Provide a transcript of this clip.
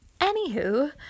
anywho